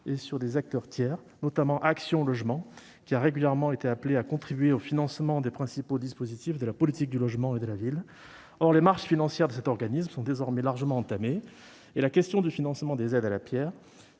et sur des acteurs tiers, notamment Action Logement qui a régulièrement été appelé à contribuer au financement des principaux dispositifs de la politique du logement et de la ville. Or les marges financières de cet organisme sont désormais largement entamées, et la question du financement des aides à la pierre